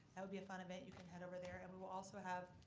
that'll be a fun event, you can head over there. and we will also have,